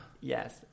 Yes